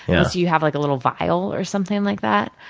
yeah. unless you have like a little vial, or something like that.